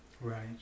Right